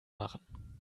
machen